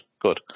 Good